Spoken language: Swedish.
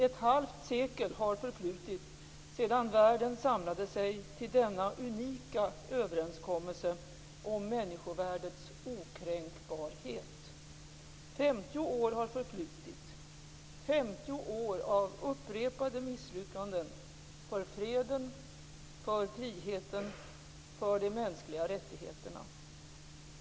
Ett halvt sekel har förflutit sedan världen samlade sig till denna unika överenskommelse om människovärdets okränkbarhet. 50 år har förflutit, 50 år av upprepade misslyckanden för freden, för friheten, för de mänskliga rättigheterna.